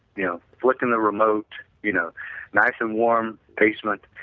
you know flicking the remote, you know nice and warm basement,